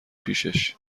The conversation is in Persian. پیشش